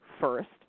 first